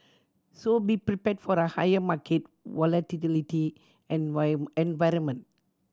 so be prepared for the higher market environment